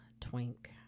Twink